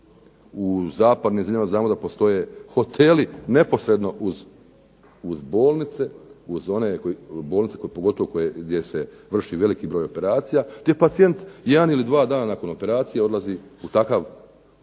U zapadnim zemljama znamo da postoje hoteli neposredno uz bolnice, uz one bolnice pogotovo gdje se vrši veliki broj operacija, gdje pacijent 1 ili 2 dana nakon operacije odlazi u takav vid